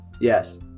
yes